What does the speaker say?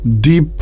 deep